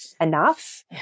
enough